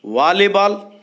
volleyball